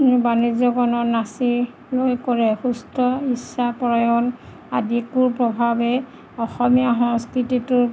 বাণিজ্যকৰণত নাচি লৈ কৰে সুস্থ ইচ্ছাপৰায়ণ আদি কু প্ৰভাৱে অসমীয়া সংস্কৃতিটোৰ